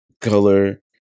color